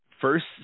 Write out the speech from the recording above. first